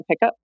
pickup